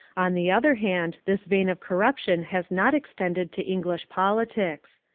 on the other hand this vein of corruption has not extended to english politics.